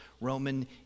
Roman